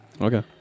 Okay